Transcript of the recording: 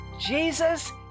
Jesus